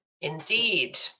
Indeed